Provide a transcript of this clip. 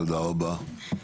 תודה רבה.